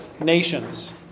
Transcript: nations